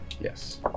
yes